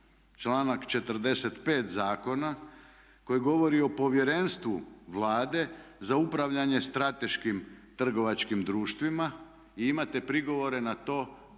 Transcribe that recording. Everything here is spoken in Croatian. članak 45.zakona koji govori o povjerenstvu Vlade za upravljanje strateškim trgovačkim društvima i imate prigovore na to